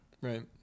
Right